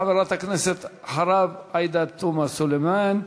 אחריו, חברת הכנסת עאידה תומא סלימאן,